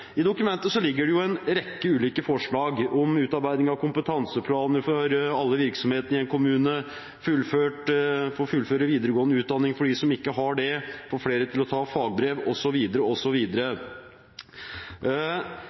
I dokumentet ligger det jo en rekke ulike forslag – om utarbeiding av kompetanseplaner for alle virksomhetene i en kommune, om fullført videregående utdanning for dem som ikke har det, om å få flere til å ta fagbrev